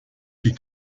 sie